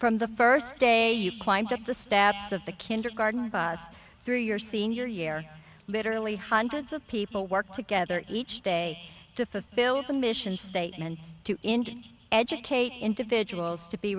from the first day you climbed up the steps of the kindergarten us through your senior year literally hundreds of people work together each day to fulfill the mission statement to educate individuals to be